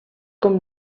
com